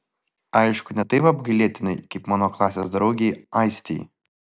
aišku ne taip apgailėtinai kaip mano klasės draugei aistei